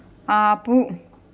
ఆపు